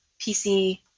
PC